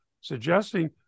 suggesting